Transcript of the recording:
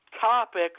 topic